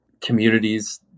communities